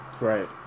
Right